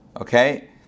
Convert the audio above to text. Okay